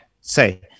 say